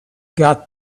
got